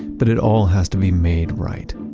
but it all has to be made right.